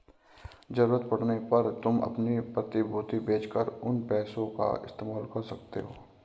ज़रूरत पड़ने पर तुम अपनी प्रतिभूति बेच कर उन पैसों का इस्तेमाल कर सकते हो